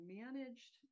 managed